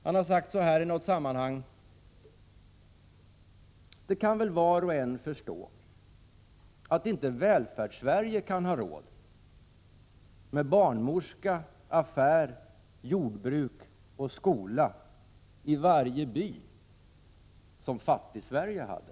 Han lär i något sammanhang ha sagt: Det kan väl var och en förstå att inte Välfärdssverige kan ha råd med barnmorska, affär, jordbruk och skola i varje by som Fattigsverige hade.